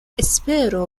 espero